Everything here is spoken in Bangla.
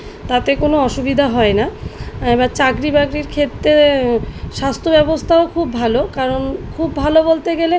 তাতে কোনো অসুবিধা হয় না এবার চাকরি বাকরির ক্ষেত্রে স্বাস্থ্য ব্যবস্থাও খুব ভালো কারণ খুব ভালো বলতে গেলে